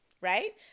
right